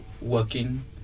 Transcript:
working